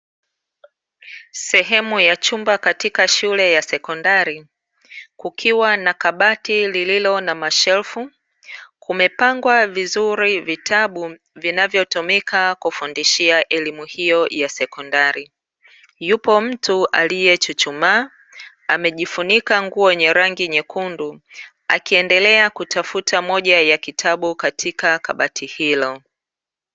Sehemu ya chumba katika shule ya sekondari kukiwa na kabati lililo na mashelfu, kumepangwa vizuri vitabu vinavyotumika kufundishia elimu hiyo ya sekondari. Yupo mtu aliyechuchumaa, amejifunika nguo ya rangi nyekundu akiendelea kutafuta moja ya kitabu katika kabati hilo.